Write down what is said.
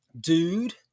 dude